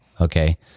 Okay